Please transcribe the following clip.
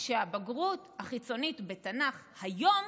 שהבגרות החיצונית בתנ"ך היום